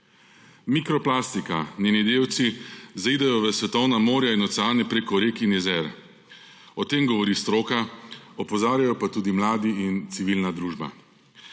Mikroplastika, njeni delci zaidejo v svetovna morja in oceane preko rek in jezer. O tem govori stroka, opozarjajo pa tudi mladi in civilna družba.